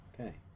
Okay